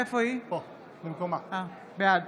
בעד